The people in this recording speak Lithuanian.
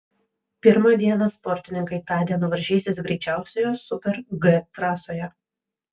pirmą dieną sportininkai tądien varžysis greičiausioje super g trasoje